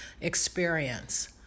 experience